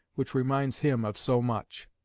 which reminds him of so much.